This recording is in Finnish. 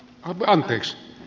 koko ex